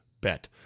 bet